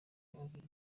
babiri